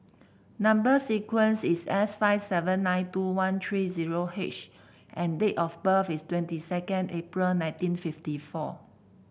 number sequence is S five seven nine two one three zero H and date of birth is twenty second April nineteen fifty four